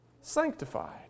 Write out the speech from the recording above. sanctified